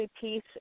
piece